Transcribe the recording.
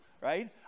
right